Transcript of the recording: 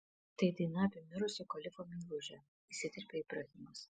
tai daina apie mirusio kalifo meilužę įsiterpė ibrahimas